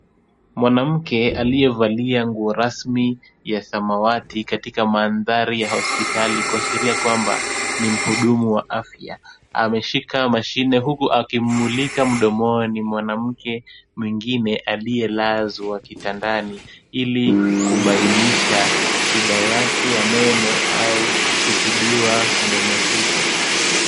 Mwanamke aliyevalia nguo rasmi ya samawati katika mandhari ya hospitali, kuashiria kwamba ni muhudumu wa afya, ameshika mashine huku akimmulika mdomoni mwanamke mwingine aliyelazwa kitandani, ili kubainisha shida yake ya meno au kutibiwa meno hizo.